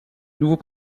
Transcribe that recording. nouveau